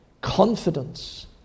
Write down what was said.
Confidence